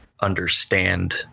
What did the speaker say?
understand